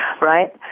right